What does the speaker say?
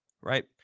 right